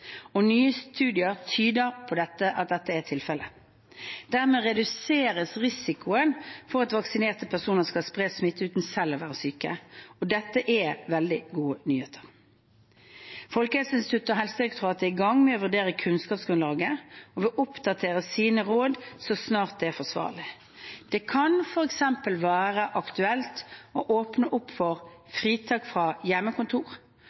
og nye studier tyder på at dette er tilfellet. Dermed reduseres risikoen for at vaksinerte personer skal spre smitte uten selv å være syke. Dette er veldig gode nyheter. Folkehelseinstituttet og Helsedirektoratet er i gang med å vurdere kunnskapsgrunnlaget og vil oppdatere sine råd så snart det er forsvarlig. Det kan f.eks. være aktuelt å åpne opp for fritak fra hjemmekontor